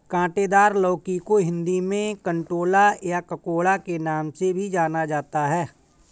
काँटेदार लौकी को हिंदी में कंटोला या ककोड़ा के नाम से भी जाना जाता है